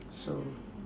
so